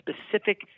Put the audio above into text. specific